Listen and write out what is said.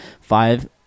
five